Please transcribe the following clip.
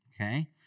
okay